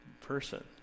person